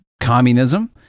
communism